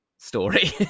Story